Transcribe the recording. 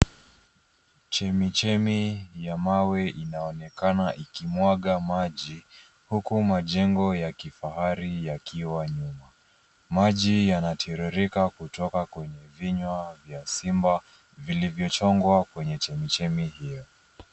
Chemichemi ya mawe inaonekana ikimwaga maji huku majengo ya kifahari yakiwa nyuma. Maji yanatiririka kutoka kwenye vinywa vya simba vilivyochongwa kwenye chemichemi hio.